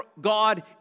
God